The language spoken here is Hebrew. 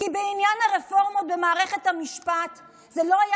כי בעניין הרפורמה במערכת המשפט זה לא היה